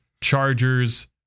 chargers